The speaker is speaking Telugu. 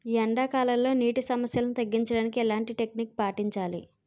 ఎండా కాలంలో, నీటి సమస్యలను తగ్గించడానికి ఎలాంటి టెక్నిక్ పాటించాలి?